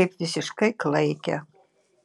kaip visiškai klaikią